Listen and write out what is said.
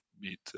meet